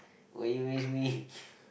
will you miss me